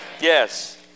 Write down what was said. Yes